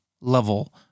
level